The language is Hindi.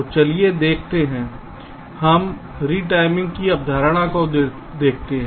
तो चलिए देखते हैं हम रेटिमिंग की अवधारणा को देखते हैं